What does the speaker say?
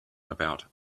about